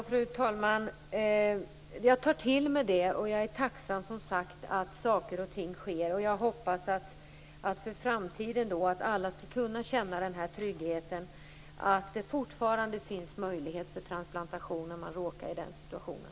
Fru talman! Jag tar till mig det, och jag är som sagt tacksam för att saker och ting sker. Jag hoppas att alla i framtiden skall kunna känna den här tryggheten; att det fortfarande finns möjlighet för transplantation om man råkar i den situationen.